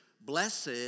Blessed